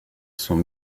sont